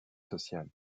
sociales